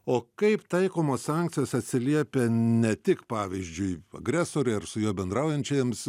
o kaip taikomos sankcijos atsiliepia ne tik pavyzdžiui agresoriui ar su juo bendraujančiajiems